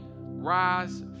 rise